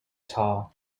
tall